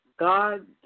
God